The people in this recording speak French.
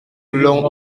long